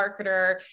marketer